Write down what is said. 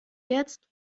jetzt